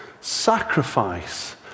sacrifice